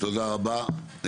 תודה רבה.